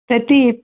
ప్రతి